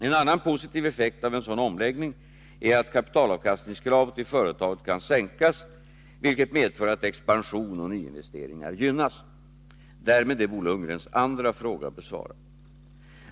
En annan positiv effekt av en sådan omläggning är att kapitalavkastningskravet i företagen kan sänkas, vilket medför att expansion och nyinvesteringar gynnas. Därmed är Bo Lundgrens andra fråga besvarad.